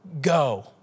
go